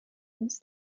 uns